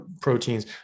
proteins